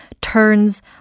turns